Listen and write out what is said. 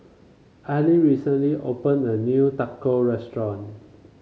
Ally recently opened a new Tacos Restaurant